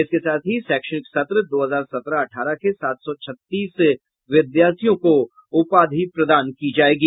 इसके साथ ही शैक्षणिक सत्र दो हजार सत्रह अठारह के सात सौ छत्तीस विद्यार्थियों को उपाधि प्रदान की जायेगी